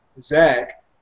Zach